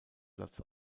platz